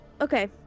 Okay